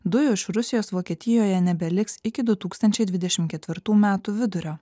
dujų iš rusijos vokietijoje nebeliks iki du tūkstančiai dvidešim ketvirtų metų vidurio